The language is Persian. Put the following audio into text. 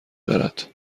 دارد